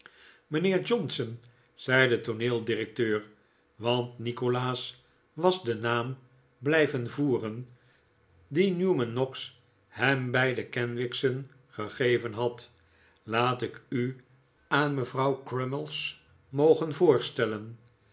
mijnheer johnson zei de tooneeldirecteur want nikolaas was den naam blijven voeren dien newman noggs hem bij de kenwigs'en gegeyen had laat ik u aan mevrouw crummies mogen voorstellen